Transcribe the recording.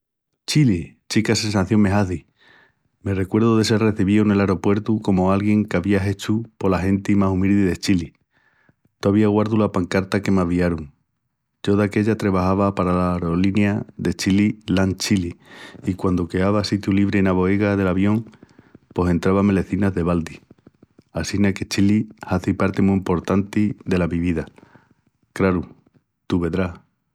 Chili! Chica sensación me hazi! Me recuerdu de sel recebíu nel aropuertu comu alguién qu'avía hechu pola genti más umildi de Chili. Tovía guardu la pancarta que m'aviarun. Yo d'aquella trebajava pala arolinia de Chili, Lan Chili, i quandu queava sitiu libri ena boiga del avión pos entrava melecinas de baldi. Assina que Chili hazi parti mu emportanti dela mi vida, craru, tú vedrás!